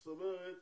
זאת אומרת,